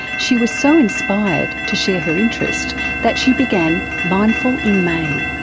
she was so inspired to share her interest that she began mindful in may.